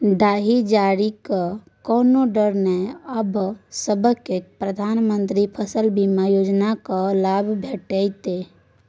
दाही जारीक कोनो डर नै आब सभकै प्रधानमंत्री फसल बीमा योजनाक लाभ भेटितै